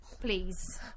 please